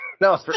No